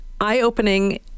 eye-opening